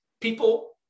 people